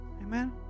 Amen